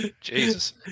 Jesus